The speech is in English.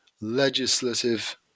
legislative